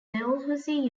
dalhousie